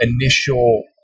initial